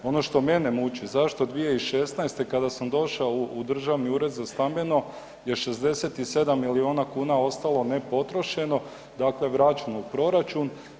Ono što mene muči, zašto 2016. kada sam došao u Državni ured za stambeno je 67 milijuna kuna ostalo nepotrošeno, dakle vraćeno u proračun.